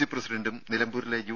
C പ്രസിഡണ്ടും നിലമ്പൂരിലെ U